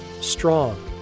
strong